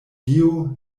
dio